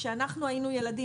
כשאנחנו היינו ילדים,